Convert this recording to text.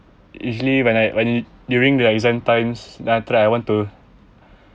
usually when I when during the exam times then after I want to